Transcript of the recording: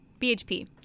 BHP